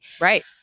Right